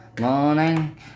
morning